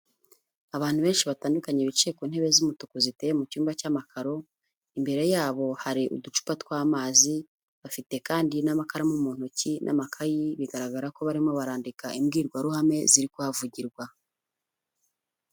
Abantu benshi batandukanye bicaye ku ntebe z'umutuku ziteye mu cyumba cy'amakaro, imbere yabo hari uducupa tw'amazi bafite kandi n'amakaramu mu ntoki n'amakayi bigaragara ko barimo barandika imbwirwaruhame ziri kuhavugirwa.